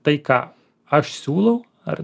tai ką aš siūlau ar